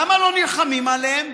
למה לא נלחמים עליהם?